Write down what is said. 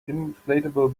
inflatable